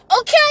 okay